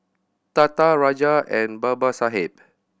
Tata Raja and Babasaheb